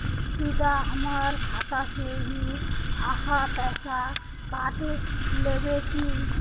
सीधा हमर खाता से ही आहाँ पैसा काट लेबे की?